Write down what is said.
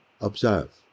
observe